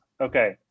Okay